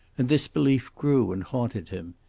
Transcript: and this belief grew and haunted him.